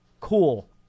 Cool